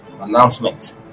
announcement